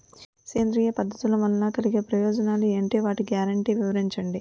సేంద్రీయ పద్ధతుల వలన కలిగే ప్రయోజనాలు ఎంటి? వాటి గ్యారంటీ వివరించండి?